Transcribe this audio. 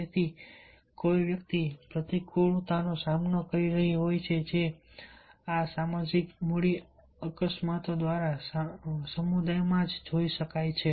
તેથી જો કોઈ વ્યક્તિ પ્રતિકૂળતાનો સામનો કરી રહી હોય જે આ સામાજિક મૂડી અસ્કયામતો દ્વારા સમુદાયમાં જ જોઈ શકાય છે